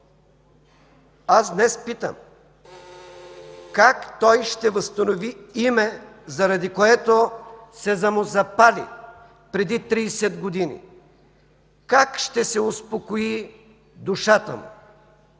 Аз днес питам: Как той ще възстанови име, заради което се самозапали преди 30 години? Как ще се успокои душата му?!